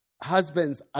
Husbands